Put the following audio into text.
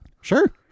Sure